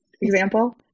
example